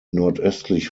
nordöstlich